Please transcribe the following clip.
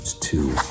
two